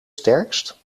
sterkst